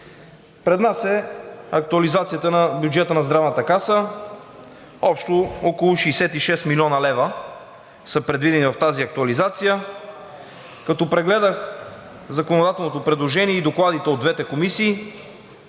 Пред нас е актуализацията на бюджета на Здравната каса – общо около 66 млн. лв. са предвидени в тази актуализация. Като прегледах законодателното предложение и докладите от двете комисии,